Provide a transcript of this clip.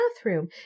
bathroom